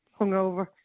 hungover